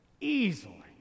easily